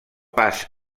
pas